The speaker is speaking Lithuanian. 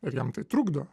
ir jam tai trukdo